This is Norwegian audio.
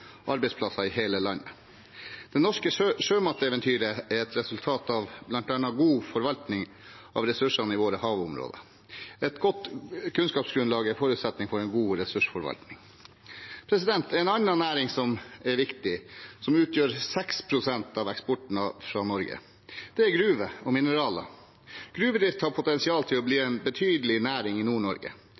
skaper arbeidsplasser i hele landet. Det norske sjømateventyret er et resultat av bl.a. god forvaltning av ressursene i våre havområder. Et godt kunnskapsgrunnlag er en forutsetning for en god ressursforvaltning. En annen næring som er viktig, som utgjør 6 pst. av eksporten fra Norge, er gruver og mineraler. Gruvedrift har potensial til å bli en betydelig næring i